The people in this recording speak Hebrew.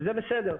זה בסדר.